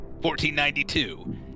1492